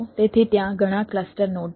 તેથી ત્યાં ઘણા ક્લસ્ટર નોડ છે